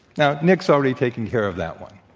now, nick's already taken care of that one,